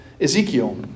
Ezekiel